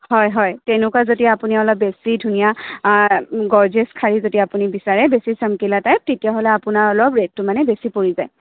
হয় হয় তেনেকুৱা যদি আপুনি অলপ বেছি ধুনীয়া গৰ্জিয়াচ শাড়ী যদি আপুনি বিচাৰে বেছি ছমকীলা টাইপ তেতিয়াহ'লে আপোনাৰ অলপ ৰেটটো মানে বেছি পৰি যায়